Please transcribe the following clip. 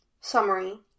Summary